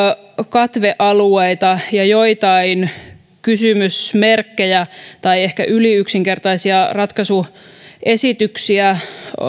katvealueita ja joitain kysymysmerkkejä tai ehkä yliyksinkertaisia ratkaisuesityksiä